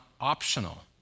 optional